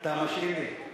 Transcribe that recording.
אתה משאיל לי.